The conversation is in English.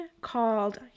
called